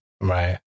Right